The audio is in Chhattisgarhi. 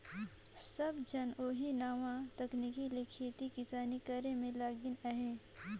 सब झन ओही नावा तकनीक ले खेती किसानी करे में लगिन अहें